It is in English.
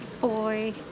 boy